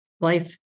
life